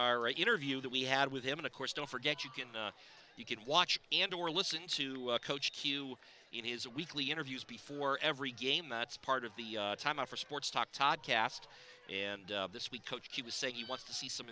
our interview that we had with him and of course don't forget you can you can watch and or listen to coach q in his weekly interviews before every game that's part of the time out for sports talk todd cast and this week coach he was saying he wants to see some